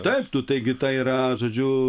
taip tu taigi tai yra žodžiu